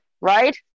right